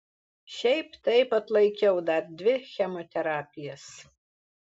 šiaip taip atlaikiau dar dvi chemoterapijas